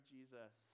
Jesus